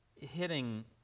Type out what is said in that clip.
hitting